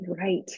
right